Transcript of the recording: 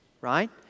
right